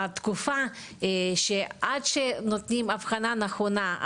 התקופה עד שניתנת אבחנה נכונה,